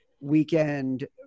weekend